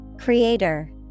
Creator